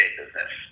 business